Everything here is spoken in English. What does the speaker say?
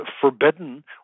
forbidden